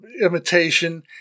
imitation